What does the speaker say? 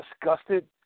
disgusted